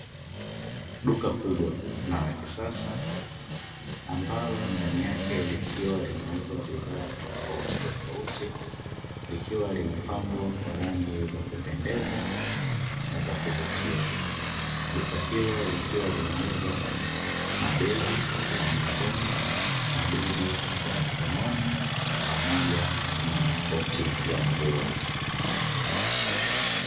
Duka kubwa na lakisasa ambalo ndani yake likiwa linauza bidhaa tofautitofauti likiwa limepambwa kwa rangi za kupendeza na za kuvutia, duka hilo likiwa linauza mabegi ya mgongoni, mabegi ya mkononi pamoja na makoti ya mvua.